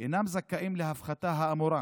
אינם זכאים להפחתה האמורה,